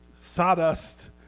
sawdust